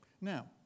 Now